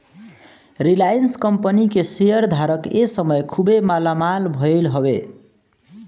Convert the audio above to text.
Reliance company के share धारक ए समय खुबे मालामाल भईले हवे